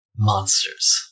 Monsters